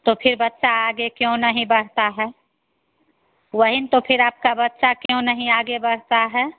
तो फिर बच्चा आगे क्यों नहीं बढ़ता है वहीं तो फिर आपका बच्चा क्यों नहीं आगे बढ़ता है